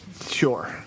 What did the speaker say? Sure